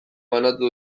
banatu